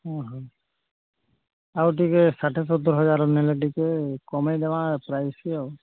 ହୁଁ ଆଉ ଟିକେ ଷାଠିଏ ସତୁରୀ ହଜାର ନେଲେ ଟିକେ କମାଇ ଦେମା ପ୍ରାଇସ୍ ଆଉ